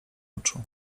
oczu